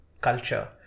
culture